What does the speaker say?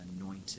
anointed